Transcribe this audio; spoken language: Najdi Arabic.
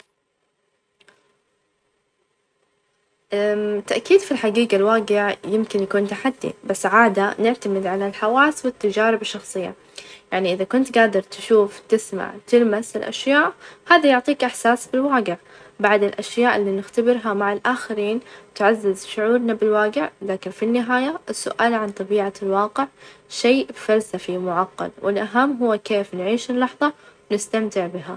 بشكل عام يمكن الحياة تصير أكثر تعقيد مع التقدم في العمر، يعني مع -مر- مرور الوقت تتزايد المسؤوليات سواء أن كانت عائلية، أو مهنية، يعني يصير هناك عندك تحديات جديدة، لكن بنفس الوقت كل تجربة تعلمك دروس تخليك أكثر -نجض- نضج ،وقدرة على التعامل مع هالموقف يعني فالمسألة تعتمد على كيف تنظر للأمور ، وتتعامل معها.